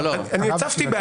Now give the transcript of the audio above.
אני הצפתי בעיה.